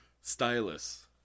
Stylus